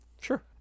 sure